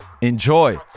enjoy